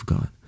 God